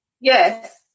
Yes